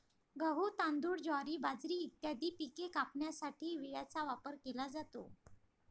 गहू, तांदूळ, ज्वारी, बाजरी इत्यादी पिके कापण्यासाठी विळ्याचा वापर केला जातो